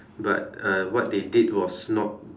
but uh what they did was not